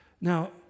Now